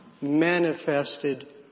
manifested